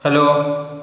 hello